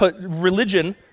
religion